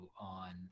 on